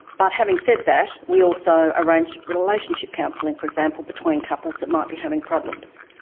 but having said that, we also arrange relationship counselling, for example, between couples that might be having problems.